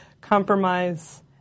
compromise